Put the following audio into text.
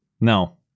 no